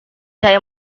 saya